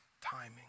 timing